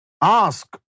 Ask